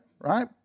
right